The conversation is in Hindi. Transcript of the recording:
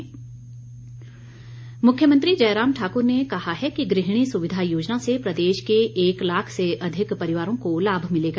मुख्यमंत्री मुख्यमंत्री जयराम ठाकुर ने कहा है कि गृहिणी सुविधा योजना से प्रदेश के एक लाख से अधिक परिवारों को लाभ मिलेगा